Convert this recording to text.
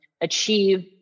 achieve